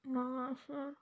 Nawanshahr